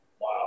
Wow